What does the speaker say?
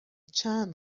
چند